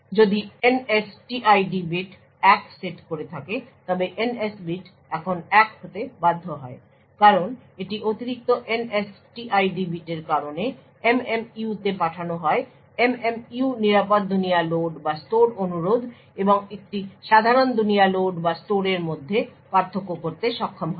যদি NSTID bit 1 set করে থাকে তবে NS বিট এখন 1 হতে বাধ্য হয় কারণ এই অতিরিক্ত NSTID বিটের কারণে MMU তে পাঠানো হয় MMU নিরাপদদুনিয়া লোড বা স্টোর অনুরোধ এবং একটি সাধারণ দুনিয়া লোড বা স্টোরের মধ্যে পার্থক্য করতে সক্ষম হবে